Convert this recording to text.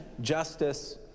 justice